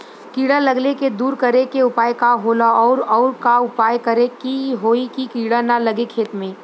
कीड़ा लगले के दूर करे के उपाय का होला और और का उपाय करें कि होयी की कीड़ा न लगे खेत मे?